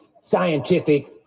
scientific